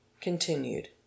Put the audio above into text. Continued